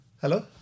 hello